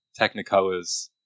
technicolors